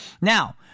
Now